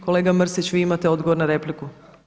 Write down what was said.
Kolega Mrsić vi imate odgovor na repliku.